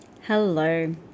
Hello